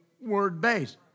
word-based